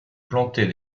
planter